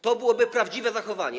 To byłoby prawdziwe zachowanie.